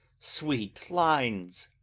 sweet lines!